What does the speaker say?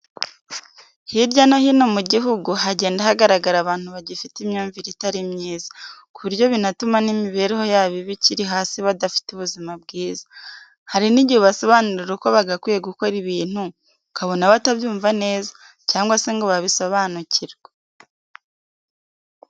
Hirya no hino mu gihugu hagenda hagaragara abantu bagifite imyumvire itari myiza ku buryo binatuma n'imibereho yabo iba ikiri hasi badafite ubuzima bwiza. Hari n'igihe ubasobanurira uko bagakwiye gukora ibintu ukabona batabyumva neza cyangwa se ngo babisobanukirwe.